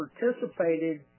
participated